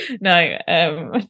No